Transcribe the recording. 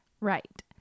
right